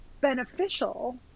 beneficial